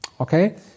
okay